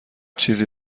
چیزی